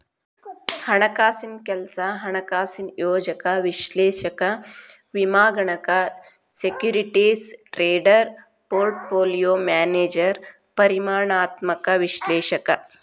ಹಣಕಾಸಿನ್ ಕೆಲ್ಸ ಹಣಕಾಸಿನ ಯೋಜಕ ವಿಶ್ಲೇಷಕ ವಿಮಾಗಣಕ ಸೆಕ್ಯೂರಿಟೇಸ್ ಟ್ರೇಡರ್ ಪೋರ್ಟ್ಪೋಲಿಯೋ ಮ್ಯಾನೇಜರ್ ಪರಿಮಾಣಾತ್ಮಕ ವಿಶ್ಲೇಷಕ